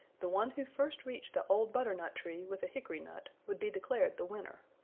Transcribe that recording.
the one who first reached the old butternut tree with a hickory nut would be declared the winner.